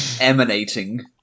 emanating